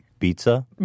Pizza